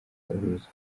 ubuyobozi